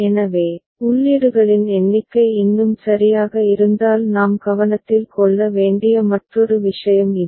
எனவே உள்ளீடுகளின் எண்ணிக்கை இன்னும் சரியாக இருந்தால் நாம் கவனத்தில் கொள்ள வேண்டிய மற்றொரு விஷயம் இது